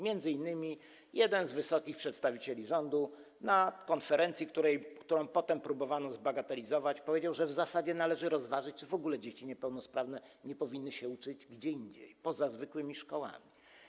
M.in. jeden z wysokich przedstawicieli rządu na konferencji, którą potem próbowano zbagatelizować, powiedział, że w zasadzie należy rozważyć, czy w ogóle dzieci niepełnosprawne nie powinny się uczyć gdzie indziej, poza zwykłymi szkołami.